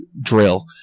drill